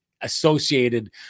associated